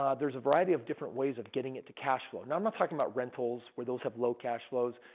um there's a variety of different ways of getting it to cash flow. now, i'm not talking about rentals where those have low cash flows.